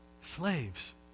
slaves